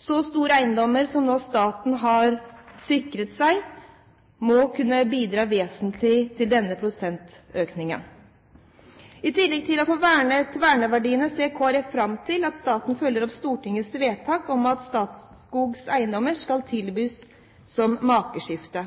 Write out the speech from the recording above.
Så store eiendommer som staten nå har sikret seg, må bidra vesentlig til denne prosentøkningen. I tillegg til å få vernet verneverdiene ser Kristelig Folkeparti fram til at staten følger opp Stortingets vedtak om at Statskogs eiendommer skal tilbys som makeskifte,